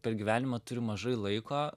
per gyvenimą turiu mažai laiko